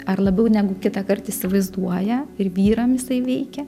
ar labiau negu kitąkart įsivaizduoja ir vyram jisai veikia